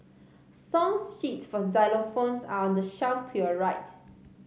song sheets for xylophones are on the shelf to your right